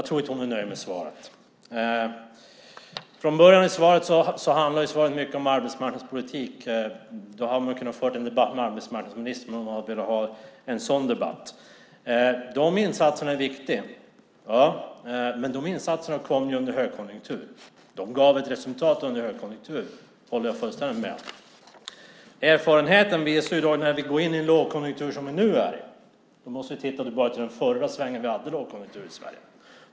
Till att börja med handlar svaret mycket om arbetsmarknadspolitik. Om man hade velat ha en sådan debatt hade man kunnat föra den med arbetsmarknadsministern. De insatserna är viktiga, men de kom ju under högkonjunkturen. De gav ett resultat under högkonjunkturen. Det håller jag fullständigt med om. Nu befinner vi oss i en lågkonjunktur. Vi kan titta tillbaka till den förra svängen när vi hade en lågkonjunktur i Sverige.